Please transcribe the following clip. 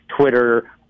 Twitter